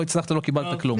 ואם לא הצלחת לא קיבלת כלום.